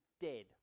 dead